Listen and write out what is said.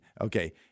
okay